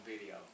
video